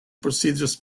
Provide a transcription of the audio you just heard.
procedures